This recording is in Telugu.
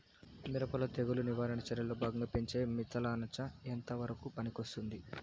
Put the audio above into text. మిరప లో తెగులు నివారణ చర్యల్లో భాగంగా పెంచే మిథలానచ ఎంతవరకు పనికొస్తుంది?